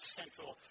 central